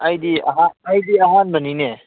ꯑꯩꯗꯤ ꯑꯩꯗꯤ ꯑꯍꯥꯟꯕꯅꯤꯅꯦ